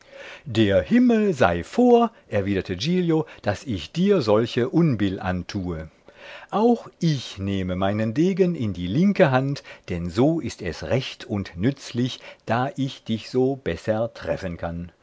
der himmel sei vor erwiderte giglio daß ich dir solche unbill antue auch ich nehme meinen degen in die linke hand denn so ist es recht und nützlich da ich dich so besser treffen kann